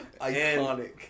Iconic